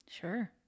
Sure